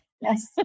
Yes